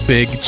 Big